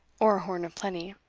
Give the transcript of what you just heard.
or horn of plenty,